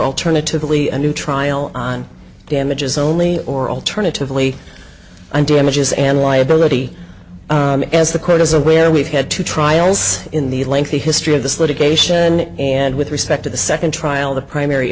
alternatively a new trial on damages only or alternatively i'm damages and liability as the court is aware we've had two trials in the lengthy history of this litigation and with respect to the second trial the primary